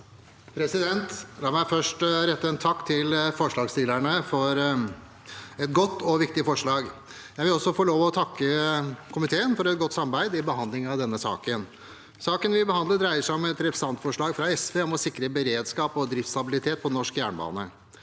sa- ken): La meg først rette en takk til forslagsstillerne for et godt og viktig forslag. Jeg vil også få lov til å takke komiteen for et godt samarbeid i behandlingen av denne saken. Saken vi behandler, dreier seg om et representantforslag fra SV om å sikre beredskap og driftsstabilitet på norsk jernbane.